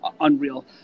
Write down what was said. Unreal